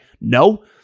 No